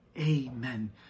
Amen